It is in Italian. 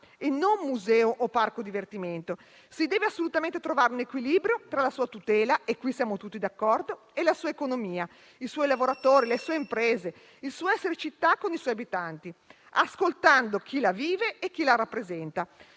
e non museo o parco divertimento. Si deve assolutamente trovare un equilibrio tra la sua tutela (e siamo tutti d'accordo) e la sua economia, i suoi lavoratori, le sue imprese, il suo essere città con i suoi abitanti, ascoltando chi la vive e chi la rappresenta.